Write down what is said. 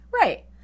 Right